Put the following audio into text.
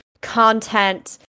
content